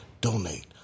donate